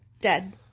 Dead